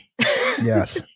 Yes